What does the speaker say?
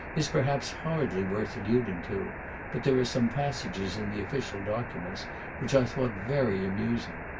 is, perhaps, hardly worth alluding to but there are some passages in the official documents which i thought very amusing.